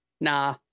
nah